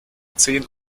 zehn